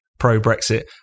pro-Brexit